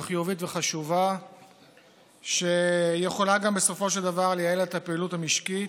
חיובית וחשובה שיכולה בסופו של דבר לייעל את הפעילות המשקית,